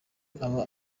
aba